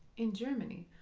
in germany,